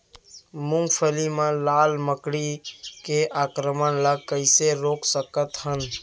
मूंगफली मा लाल मकड़ी के आक्रमण ला कइसे रोक सकत हन?